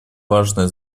важное